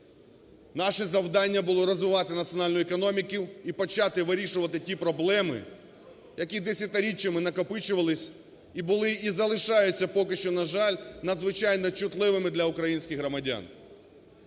наше завдання було розвивати національну економіку і почати вирішувати ті проблеми, які десятиріччями накопичувались, і були, і залишаються поки що, на жаль, надзвичайно чутливими для українських громадян.